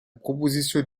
proposition